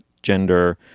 gender